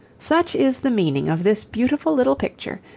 such is the meaning of this beautiful little picture,